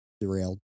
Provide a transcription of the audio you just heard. derailed